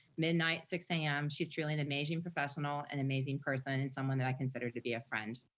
midnight six am, she's truly an amazing professional and amazing person, and someone that i consider to be a friend.